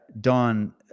Don